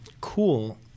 cool